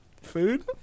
Food